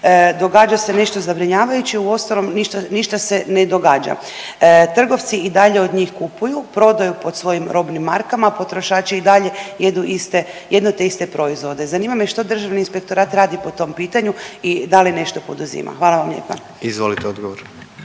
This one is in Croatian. događa se nešto zabrinjavajuće uostalom ništa se ne događa. Trgovci i dalje od njih kupuju, prodaju pod svojim robnim markama, potrošači i dalje jedu iste, jedno te iste proizvode. Zanima me što Državni inspektorat radi po tom pitanju i da li nešto poduzima? Hvala vam lijepa. **Jandroković,